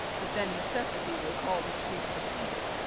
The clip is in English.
that then necessity will call discreet proceeding.